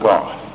God